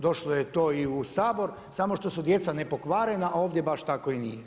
Došlo je to i u Sabor samo što su djeca nepokvarena, a ovdje baš tako i nije.